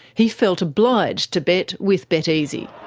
he felt obliged to bet with beteasy.